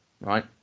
right